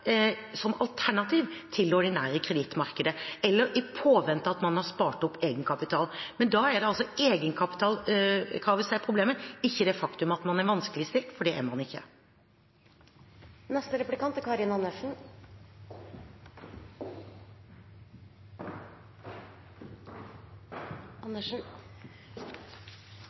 som alternativ til det ordinære kredittmarkedet eller i påvente av at man har spart opp egenkapital. Men da er det altså egenkapitalkravet som er problemet, ikke det faktum at man er vanskeligstilt, for det er man